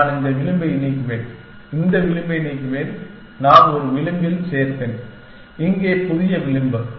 நான் இந்த விளிம்பை நீக்குவேன் இந்த விளிம்பை நீக்குவேன் நான் ஒரு விளிம்பில் சேர்ப்பேன் இங்கே புதிய விளிம்பு